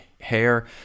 hair